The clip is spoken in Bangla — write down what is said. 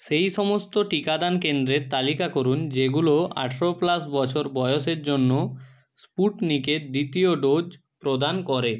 সেই সমস্ত টিকাদান কেন্দ্রের তালিকা করুন যেগুলো আঠেরো প্লাস বছর বয়সের জন্য স্পুটনিকের দ্বিতীয় ডোজ প্রদান করে